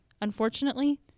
Unfortunately